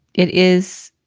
it is.